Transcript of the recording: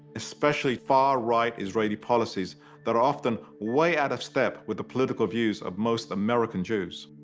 especially far right israeli policies that are often way out of step with the political views of most american jews.